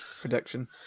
prediction